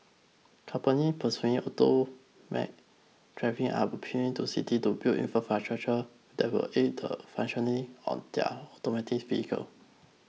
companies pursuing automated driving are appealing to cities to build infrastructure that will aid the functioning of their autonomous vehicles